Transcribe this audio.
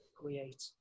create